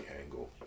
angle